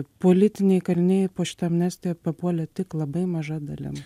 politiniai kaliniai po šita amnestija papuolė tik labai maža dalim